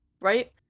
Right